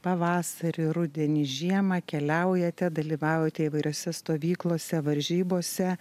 pavasarį rudenį žiemą keliaujate dalyvaujate įvairiose stovyklose varžybose